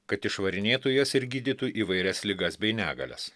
kad išvarinėtų jas ir gydytų įvairias ligas bei negalias